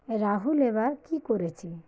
রাহুল এবার কী করেছে